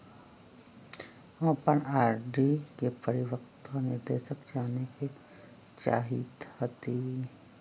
हम अपन आर.डी के परिपक्वता निर्देश जाने के चाहईत हती